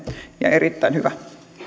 ja erittäin hyvä